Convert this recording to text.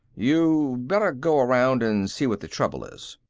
you better go around and see what the trouble is.